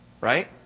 right